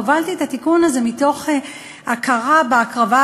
הובלתי את התיקון הזה מתוך הכרה בהקרבה